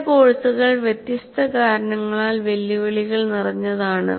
ചില കോഴ്സുകൾ വ്യത്യസ്ത കാരണങ്ങളാൽ വെല്ലുവിളികൾ നിറഞ്ഞതാണ്